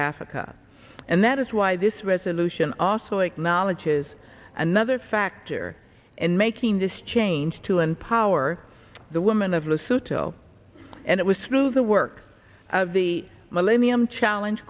africa and that is why this resolution also acknowledges another factor in making this change to empower the women of the subtle and it was through the work of the millennium challenge